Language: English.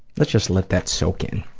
let's just let that soak in.